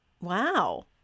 Wow